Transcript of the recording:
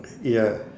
ya